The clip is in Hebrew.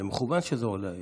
זה מכוון שזה עולה היום.